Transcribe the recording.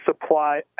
supply